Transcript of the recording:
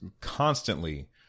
constantly